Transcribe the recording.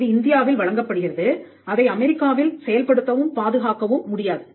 இது இந்தியாவில் வழங்கப்படுகிறது அதை அமெரிக்காவில் செயல்படுத்தவும் பாதுகாக்கவும் முடியாது